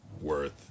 worth